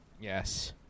yes